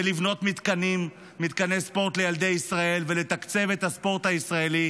ולבנות מתקני ספורט לילדי ישראל ולתקצב את הספורט הישראלי,